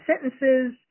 sentences